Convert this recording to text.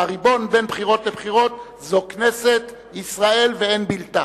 והריבון בין בחירות לבחירות זו כנסת ישראל ואין בלתה.